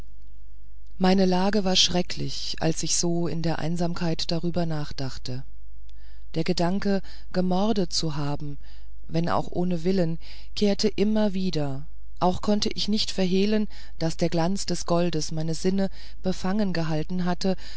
meine lage war schrecklich als ich so in der einsamkeit darüber nachdachte der gedanke gemordet zu haben wenn auch ohne willen kehrte immer wieder auch konnte ich mir nicht verhehlen daß der glanz des goldes meine sinne befangen gehalten hatte